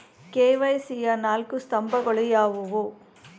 KYC ಯ ನಾಲ್ಕು ಸ್ತಂಭಗಳು ಯಾವುವು?